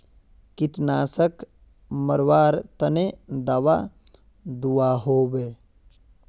कीटनाशक मरवार तने दाबा दुआहोबे?